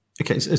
okay